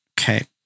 Okay